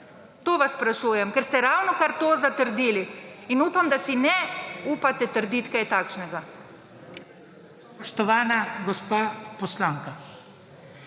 to vas sprašujem, ker ste ravnokar to zatrdili. In upam, da si ne upate trditi kaj takšnega.